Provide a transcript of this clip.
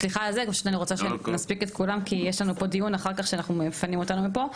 אני פשוט רוצה שנספיק את כולם כי יש פה דיון אחר כך ומפנים אותנו מפה.